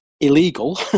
illegal